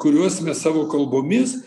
kuriuos mes savo kalbomis